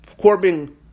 Corbin